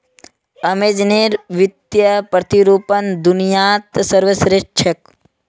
अमेज़नेर वित्तीय प्रतिरूपण दुनियात सर्वश्रेष्ठ छेक